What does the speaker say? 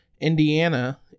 Indiana